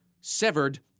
Severed